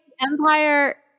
Empire